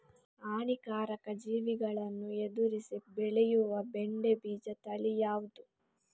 ಹಾನಿಕಾರಕ ಜೀವಿಗಳನ್ನು ಎದುರಿಸಿ ಬೆಳೆಯುವ ಬೆಂಡೆ ಬೀಜ ತಳಿ ಯಾವ್ದು?